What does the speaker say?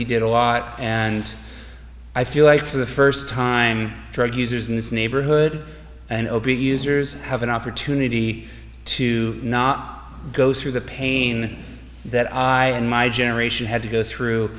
he did a lot and i feel like for the first time drug users in this neighborhood and opiate users have an opportunity to not go through the pain that i and my generation had to go through